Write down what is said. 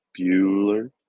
Bueller